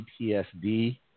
PTSD